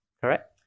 correct